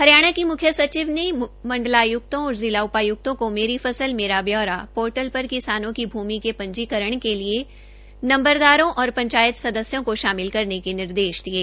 हरियाणा की मुख्य सचिव ने मंडलाय्क्तों और जिला उपाय्क्तों को मेरी फसल मेरा ब्यौरा पोर्टल पर किसानों की भूमि के पंजीकरण के लिये नंबरदारों और पंचायत सदस्यों को शामिल करने के निर्देश दिये